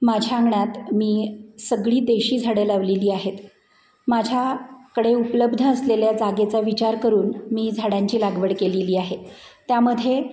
माझ्या आंगण्यात मी सगळी देशी झाडं लावलेली आहेत माझ्याकडे उपलब्ध असलेल्या जागेचा विचार करून मी झाडांची लागवड केलेली आहे त्यामध्ये